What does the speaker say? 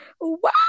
wow